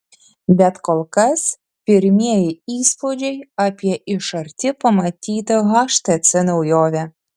bet kol kas pirmieji įspūdžiai apie iš arti pamatytą htc naujovę